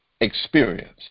experience